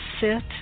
sit